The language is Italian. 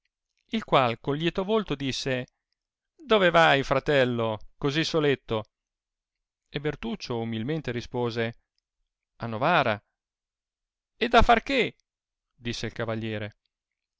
il qual con lieto volto disse dove vai fratello così soletto e bertuccio umilmente rispose a novara ed a far che disse il cavalliere